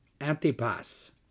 Antipas